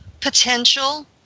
potential